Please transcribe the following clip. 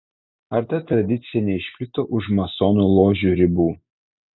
ar ta tradicija neišplito už masonų ložių ribų